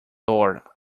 door